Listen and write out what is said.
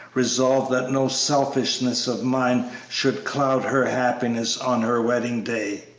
resolved that no selfishness of mine should cloud her happiness on her wedding day.